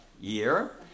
year